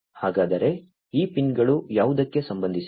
ಹಾಗಾದರೆ ಈ ಪಿನ್ಗಳು ಯಾವುದಕ್ಕೆ ಸಂಬಂಧಿಸಿವೆ